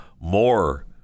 more